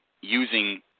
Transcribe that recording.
using